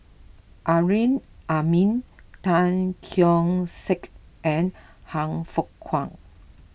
Amrin Amin Tan Keong Saik and Han Fook Kwang